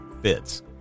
fits